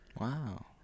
Wow